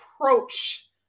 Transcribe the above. approach